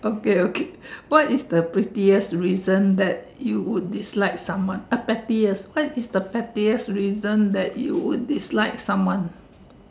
okay okay what is the prettiest reason that you would dislike someone uh pettiest what is the pettiest reason that you would dislike someone